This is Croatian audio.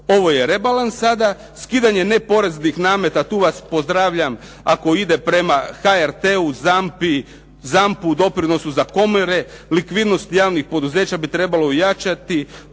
Ovo je rebalans sada, skidanje neporeznih nameta, tu vas pozdravljam, ako ide prema HRT-u, ZAMPU, doprinosu za komore, likvidnost javnih poduzeća bi trebalo ojačati,